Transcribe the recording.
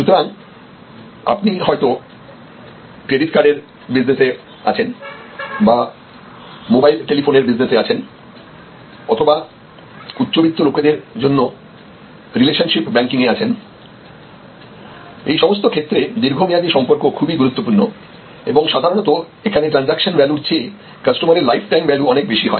সুতরাং আপনি হয়তো ক্রেডিট কার্ডের বিজনেসে আছেন বা মোবাইল টেলিফোনের বিজনেসে আছেন অথবা উচ্চবিত্ত লোকেদের জন্য রিলেশনশিপ ব্যাংকিংয়ে আছেন এই সমস্ত ক্ষেত্রে দীর্ঘমেয়াদী সম্পর্ক খুবই গুরুত্বপূর্ণ এবং সাধারণত এখানে ট্রানজাকশন ভ্যালুর চেয়ে কাস্টমারের লাইফ টাইম ভ্যালু অনেক বেশি হয়